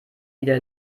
wieder